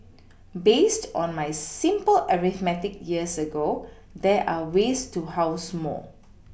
based on my simple arithmetic years ago there are ways to house more